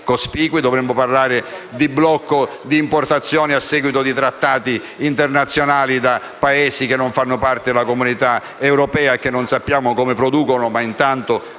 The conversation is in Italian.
dovremmo parlare di blocco delle importazioni a seguito di trattati internazionali con Paesi che non fanno parte dell'Unione europea e che non sappiamo come producono (ma intanto